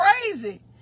crazy